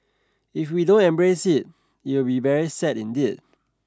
if we don't embrace it it will be very sad indeed